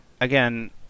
Again